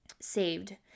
saved